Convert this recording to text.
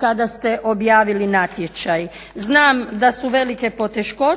kada ste objavili natječaj. Znam da su velike poteškoće